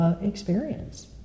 experience